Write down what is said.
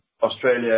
Australia